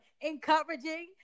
encouraging